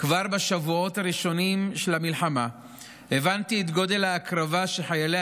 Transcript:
כבר בשבועות הראשונים של המלחמה הבנתי את גודל ההקרבה שחיילי